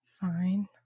Fine